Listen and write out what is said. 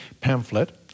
pamphlet